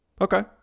Okay